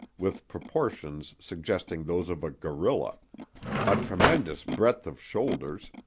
with proportions suggesting those of a gorilla a tremendous breadth of shoulders,